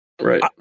Right